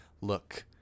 Look